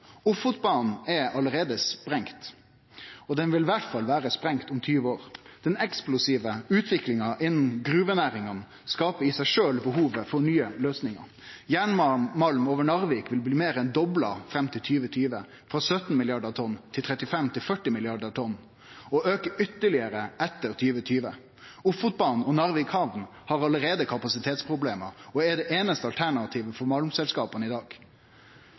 Ofotbanen er allereie sprengd, og den vil iallfall vere sprengd om 20 år. Den eksplosive utviklinga innan gruvenæringa skaper i seg sjølv behov for nye løysingar. Jernmalm over Narvik vil bli meir enn dobla fram til 2020, frå 17 milliardar tonn til 35–40 milliardar tonn, og auke ytterlegare etter 2020. Ofotbanen og Narvik hamn har allereie kapasitetsproblem og er det einaste alternativet for malmselskapa i dag.